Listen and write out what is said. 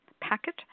packet